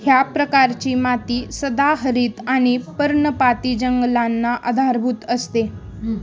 ह्या प्रकारची माती सदाहरित आणि पर्णपाती जंगलांना आधारभूत असते